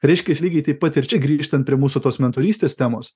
reiškias lygiai taip pat ir čia grįžtant prie mūsų tos mentorystės temos